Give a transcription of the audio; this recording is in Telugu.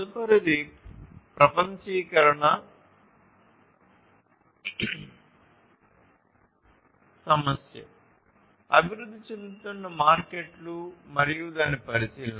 తదుపరిది ప్రపంచీకరణ సమస్య అభివృద్ధి చెందుతున్న మార్కెట్లు మరియు దాని పరిశీలన